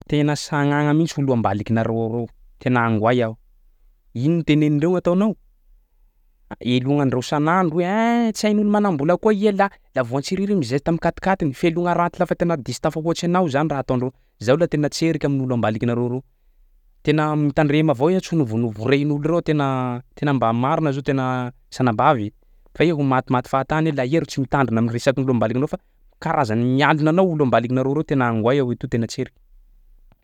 Tena sagnagna mihitsy olo ambaliky nareo ao reo tena angoay aho! Ino notenenindreo ataonao? Elognandreo isan'andro hoe ain! Tsy hain'olo manam-bola koa iha lahy la vao tsiriry io migesta am'quatre quatre-ny, fialogna raty lafa diso tafahoatry anao zany raha ataondreo zao lahy tena tserika amin'olo ambaliky nareo reo. Tena mitandrema avao iha tso novono vorehin'olo reo tena tena mba marina zao tena sanabavy fa iha ho matimaty fahatany laha iha ro tsy mitandrina am'resak'olo ambaliky anao fa karazany mialona anao olo ambaliky nareo reo tena angoay aho to tena tserika.